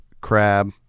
crab